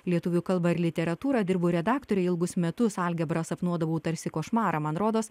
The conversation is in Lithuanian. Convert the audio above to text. lietuvių kalbą ir literatūrą dirbu redaktore ilgus metus algebrą sapnuodavau tarsi košmarą man rodos